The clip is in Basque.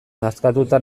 nazkatuta